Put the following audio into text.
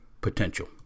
potential